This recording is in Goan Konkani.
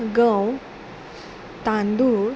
गंव तांदूळ